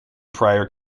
prior